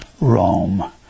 Rome